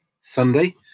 Sunday